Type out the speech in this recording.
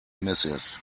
misses